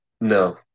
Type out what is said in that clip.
no